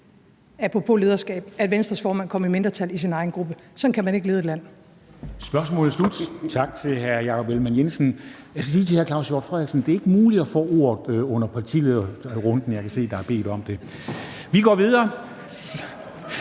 apropos lederskab – Venstres formand kom i mindretal i sin egen gruppe. Sådan kan man ikke lede et land.